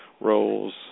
roles